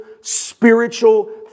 spiritual